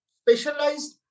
specialized